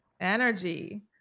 Energy